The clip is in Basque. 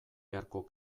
beharko